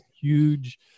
huge